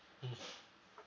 mmhmm